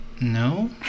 No